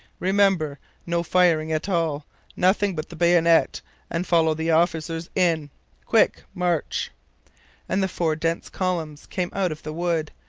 remember no firing at all nothing but the bayonet and follow the officers in quick-march! and the four dense columns came out of the wood,